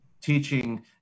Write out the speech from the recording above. teaching